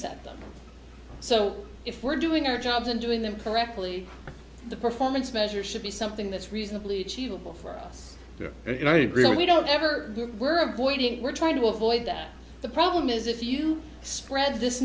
set them so if we're doing our jobs and doing them correctly the performance measure should be something that's reasonably achievable for us very very real we don't ever we're avoiding we're trying to avoid that the problem is if you spread this